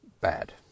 bad